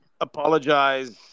apologize